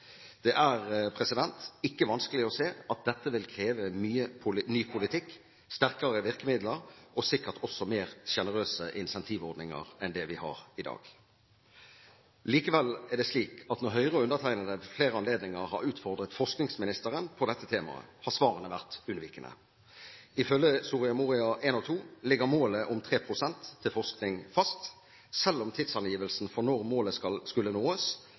Det er ikke vanskelig å se at dette vil kreve mye ny politikk, sterkere virkemidler og sikkert også mer sjenerøse incentivordninger enn det vi har i dag. Likevel er det slik at når Høyre og undertegnede ved flere anledninger har utfordret forskningsministeren på dette temaet, har svarene vært unnvikende. Ifølge Soria Moria I og II ligger målet om 3 pst. til forskning fast, selv om tidsangivelsen for når målet skulle